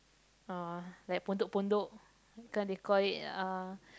oh like pondok-pondok they call it uh